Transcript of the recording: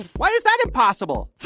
why is that impossible?